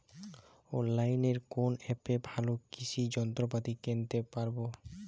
অনলাইনের কোন অ্যাপে ভালো কৃষির যন্ত্রপাতি কিনতে পারবো?